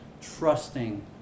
trusting